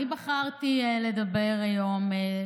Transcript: אני בחרתי לדבר היום,